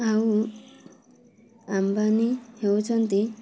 ଆଉ ଆମ୍ବାନୀ ହେଉଛନ୍ତି